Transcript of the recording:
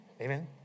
Amen